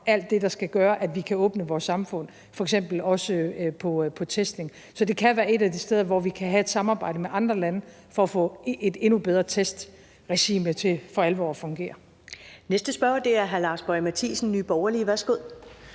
alt det, der skal gøre, at vi kan åbne vores samfund, f.eks. også i forbindelse med testning. Så det kan være et af de steder, hvor vi kan have et samarbejde med andre lande for at få et endnu bedre testregime til for alvor at fungere. Kl. 13:25 Første næstformand (Karen Ellemann): Den næste